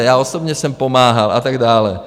Já osobně jsem pomáhal, a tak dále.